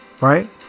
Right